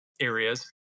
areas